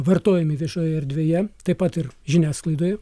vartojami viešojoj erdvėje taip pat ir žiniasklaidoj